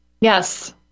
Yes